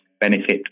benefit